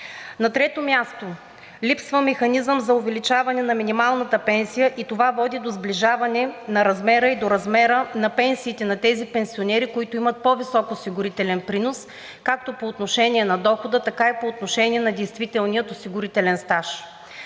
На трето място, липсва механизъм за увеличаването на минималната пенсия и това води до сближаване на размера ѝ до размера на пенсиите на тези пенсионери, които имат по-висок осигурителен принос както по отношение на дохода, така и по отношение на действителния осигурителен стаж.